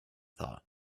thought